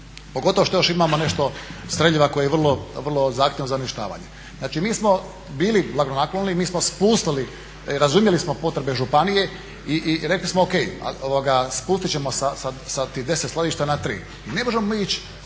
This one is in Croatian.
Pogotovo što još imamo nešto streljiva koje je vrlo zahtjevno za uništavanje. Znači mi smo bili blagonakloni i mi smo spustili, razumjeli smo potrebe županije i rekli smo O.K., spustiti ćemo sa tih 10 skloništa na 3. Ne možemo mi